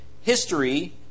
history